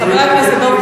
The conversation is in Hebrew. חבר הכנסת דב חנין.